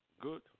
good